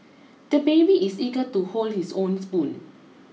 the baby is eager to hold his own spoon